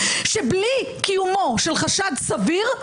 שבלי קיומו של חשד סביר,